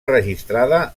registrada